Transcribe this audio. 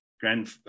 grand